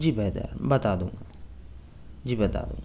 جی بہتر بتا دوں گا جی بتا دوں گا